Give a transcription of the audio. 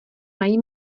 mají